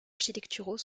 architecturaux